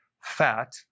fat